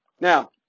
Now